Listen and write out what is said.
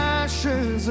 ashes